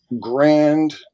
grand